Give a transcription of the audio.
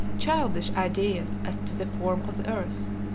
childish ideas as to the form of the earth.